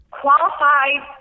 qualified